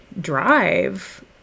drive